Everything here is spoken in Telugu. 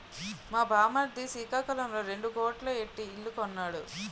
మా బామ్మర్ది సికాకులంలో రెండు కోట్లు ఎట్టి ఇల్లు కొన్నాడు